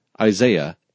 Isaiah